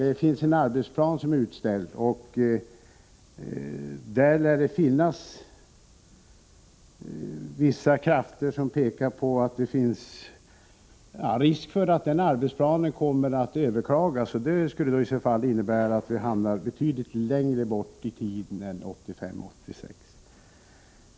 Det finns en arbetsplan, och det lär finnas risk för att denna arbetsplan överklagas. Det skulle innebära att vägbygget inte kommer i gång förrän långt senare än 1985-1986.